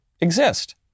exist